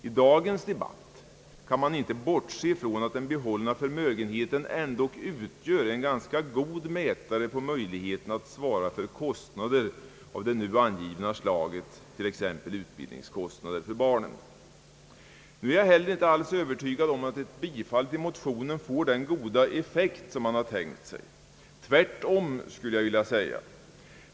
I dagens debatt kan man dock icke bortse ifrån att den behållna förmögenheten ändå utgör en ganska god mätare på möjligheten att svara för kostnader av det nu angivna slaget, t.ex. utbildningskostnader för barnen. Nu är jag heiler inte alls övertygad om att ett bifall till motionen får den goda effekt som man tänkt sig. Tvärtom, skulle jag vilja säga.